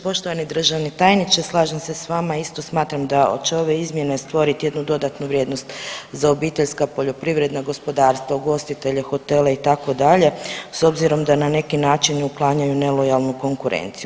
Poštovani državni tajniče slažem se s vama, isto smatram da će ove izmjene stvoriti jednu dodatnu vrijednost za obiteljska poljoprivredna gospodarstva, ugostitelje, hotele itd. s obzirom da neki način i uklanjaju nelojalnu konkurenciju.